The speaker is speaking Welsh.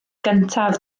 gyntaf